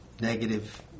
negative